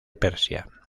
persia